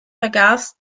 vergaß